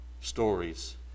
stories